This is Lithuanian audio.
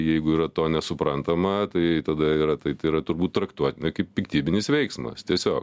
jeigu yra to nesuprantama tai tada yra tai tai yra turbūt traktuotina kaip piktybinis veiksmas tiesiog